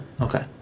Okay